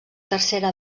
tercera